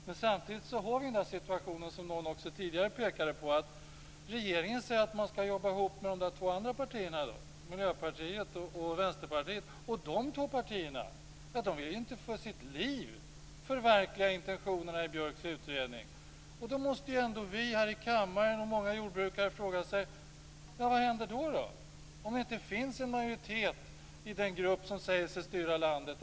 Men samtidigt har vi den situation som någon här tidigare pekade på, nämligen att regeringen säger att man skall jobba ihop med de två andra partierna, med Miljöpartiet och Vänsterpartiet. Men de två partierna vill inte för sitt liv förverkliga intentionerna i Björks utredning. Då måste väl ändå vi här i kammaren och många jordbrukare fråga sig: Vad händer om det inte finns en majoritet i den grupp som säger sig styra landet?